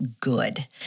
good